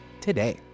today